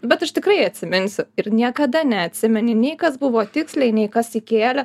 bet aš tikrai atsiminsiu ir niekada neatsimeni nei kas buvo tiksliai nei kas įkėlė